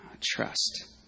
trust